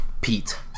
Pete